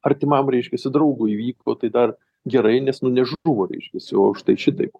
artimam reiškiasi draugui įvyko tai dar gerai nes nu nežuvo reiškiasi o štai šitaip